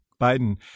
Biden